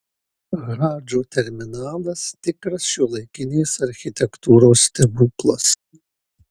hadžo terminalas tikras šiuolaikinės architektūros stebuklas